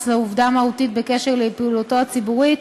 לעובדה מהותית אשר לפעילותו הציבורית